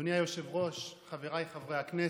אדוני היושב-ראש, חבריי חברי הכנסת,